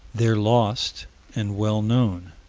they're lost and well known.